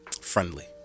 friendly